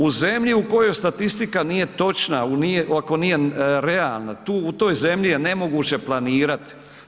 U zemlju u kojoj statistika nije točna, ako nije realna, tu u toj zemlji je nemoguće planirati.